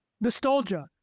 nostalgia